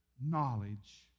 knowledge